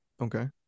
Okay